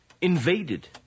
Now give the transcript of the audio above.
Invaded